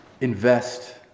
invest